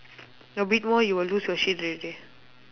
a bit more you will lose your shit already